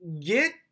get